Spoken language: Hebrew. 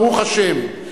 ברוך השם,